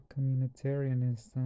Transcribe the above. communitarianism